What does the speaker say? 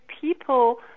people